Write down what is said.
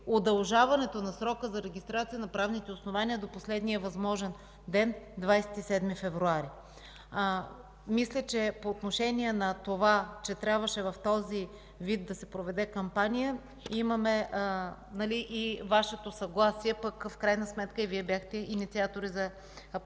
удължаването на срока за регистрация на правните основания до последния възможен ден – 27 февруари. Мисля, че по отношение на това, че трябваше в този вид да се проведе кампания, имаме и Вашето съгласие, пък в крайна сметка и Вие бяхте инициатори за подкрепата